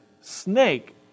snake